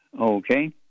Okay